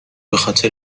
بخاطر